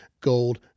gold